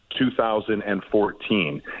2014